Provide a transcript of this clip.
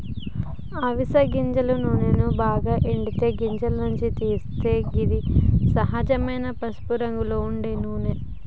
అవిస గింజల నూనెను బాగ ఎండిన గింజల నుండి తీస్తరు గిది సహజమైన పసుపురంగులో ఉండే నూనె